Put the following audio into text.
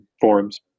forums